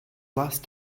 last